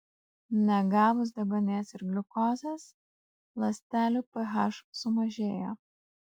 negavus deguonies ir gliukozės ląstelių ph sumažėja